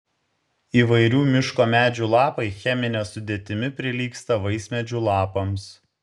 įvairių miško medžių lapai chemine sudėtimi prilygsta vaismedžių lapams